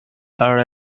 are